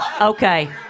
Okay